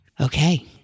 Okay